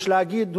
יש להגיד,